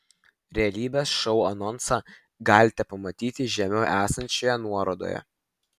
realybės šou anonsą galite pamatyti žemiau esančioje nuorodoje